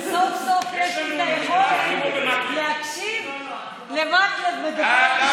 וסוף-סוף יש לי את היכולת להקשיב למקלב מדבר